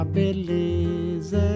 beleza